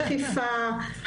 דחיפה,